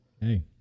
Hey